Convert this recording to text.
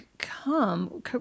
come